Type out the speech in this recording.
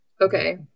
Okay